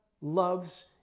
loves